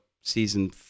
season